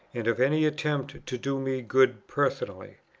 and of any attempt to do me good personally.